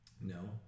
No